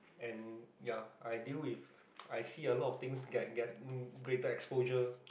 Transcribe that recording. and ya I deal with I see a lot of things get get greater exposure